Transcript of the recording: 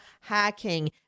hacking